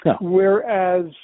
Whereas